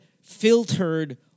filtered